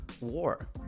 war